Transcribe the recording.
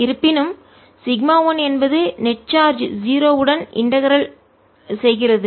இருப்பினும் σ 1 என்பது நெட் நிகர சார்ஜ் 0 உடன் இன்டகரல் ஒருங்கிணைக்கிறது செய்கிறது